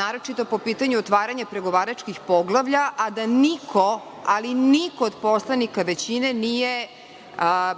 naročito po pitanju otvaranja pregovaračkih poglavlja, a da niko, ali niko od poslanika većine